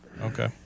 Okay